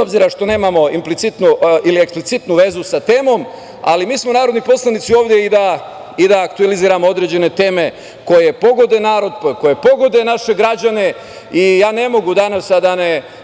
obzira što nemamo implicitnu ili eksplicitnu vezu sa temom, ali mi smo narodni poslanici ovde i da aktualizujemo određene teme koje pogode narod, koje pogode naše građane. Ja ne mogu danas a da